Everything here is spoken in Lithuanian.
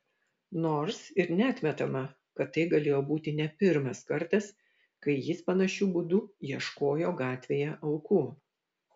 nors ir neatmetama kad tai galėjo būti ne pirmas kartas kai jis panašiu būdu ieškojo gatvėje aukų